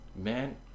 Man